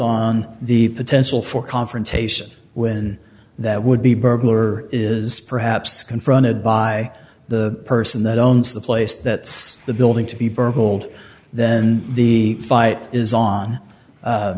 on the potential for confrontation when that would be burglar is perhaps confronted by the person that owns the place that's the building to be burgled then the fight is on